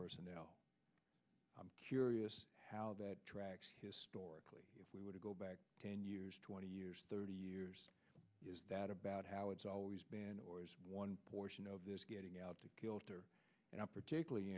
personnel i'm curious how that track historically if we were to go back ten years twenty years thirty years is that about how it's always been or one portion of this getting out to kilter and i'm particularly